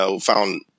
found